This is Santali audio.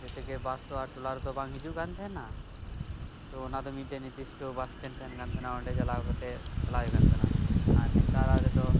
ᱡᱮᱥᱮᱠᱮ ᱵᱟᱥᱛᱚ ᱟᱨ ᱴᱚᱞᱟ ᱨᱮᱫᱚ ᱵᱟᱝ ᱦᱤᱡᱩᱜ ᱠᱟᱱ ᱛᱟᱦᱮᱱᱟ ᱛᱚ ᱚᱱᱟᱫᱚ ᱢᱤᱫᱴᱮᱱ ᱱᱤᱫᱤᱥᱴᱚ ᱵᱟᱥ ᱥᱴᱮᱱ ᱛᱟᱦᱮᱱ ᱠᱟᱱ ᱛᱟᱦᱮᱱ ᱠᱟᱱᱛᱟᱦᱮᱱᱟ ᱚᱸᱰᱮ ᱪᱟᱞᱟᱣ ᱠᱟᱛᱮᱜ ᱪᱟᱞᱟᱜ ᱦᱩᱭᱩᱜ ᱠᱟᱱᱛᱟᱦᱮᱱᱟ ᱟᱨ ᱱᱮᱛᱟᱨ ᱟᱜ ᱨᱮᱫᱚ